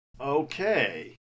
okay